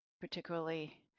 particularly